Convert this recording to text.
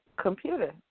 computer